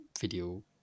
video